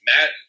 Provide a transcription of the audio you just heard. Matt